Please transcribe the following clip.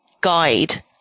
guide